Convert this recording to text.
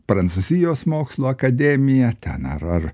prancūzijos mokslų akademiją ten ar ar